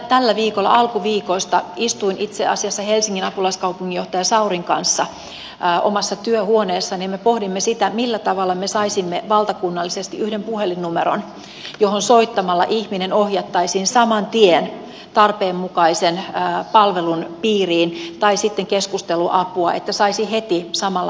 tällä viikolla alkuviikosta istuin itse asiassa helsingin apulaiskaupunginjohtaja saurin kanssa omassa työhuoneessani ja me pohdimme sitä millä tavalla me saisimme valtakunnallisesti yhden puhelinnumeron johon soittamalla ihminen ohjattaisiin saman tien tarpeen mukaisen palvelun piiriin tai sitten saisi keskusteluapua heti samalla hetkellä